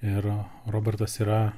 ir robertas yra